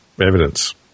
evidence